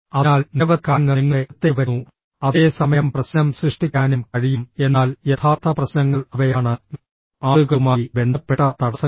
അതിനാൽ നിരവധി കാര്യങ്ങൾ നിങ്ങളുടെ അടുത്തേക്ക് വരുന്നു അതേ സമയം പ്രശ്നം സൃഷ്ടിക്കാനും കഴിയും എന്നാൽ യഥാർത്ഥ പ്രശ്നങ്ങൾ അവയാണ് ആളുകളുമായി ബന്ധപ്പെട്ട തടസ്സങ്ങൾ